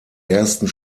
ersten